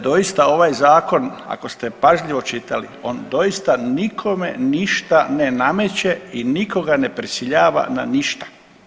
Doista ovaj zakon ako ste pažljivo čitali on doista nikome ništa ne nameće i nikoga ne prisiljava na ništa.